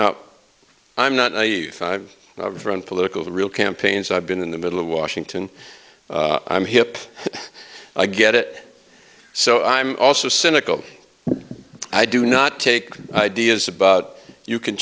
i'm not naive five run political real campaigns i've been in the middle of washington i'm hipp i get it so i'm also cynical i do not take ideas about you can